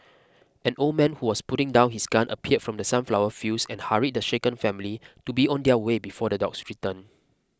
an old man who was putting down his gun appeared from the sunflower fields and hurried the shaken family to be on their way before the dogs return